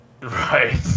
Right